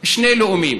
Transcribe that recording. שני לאומים.